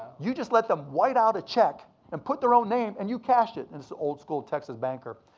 you just let them white out a check and put their own name, and you cashed it. this old-school texas banker.